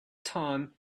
time